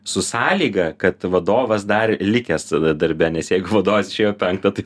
su sąlyga kad vadovas dar likęs darbe nes jeigu vadovas išėjo penktą tai